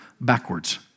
backwards